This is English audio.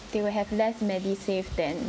they will have less MediSave then